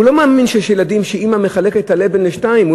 הוא לא מאמין שיש ילדים שאימא שלהם מחלקת את הלבן לשניים,